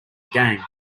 game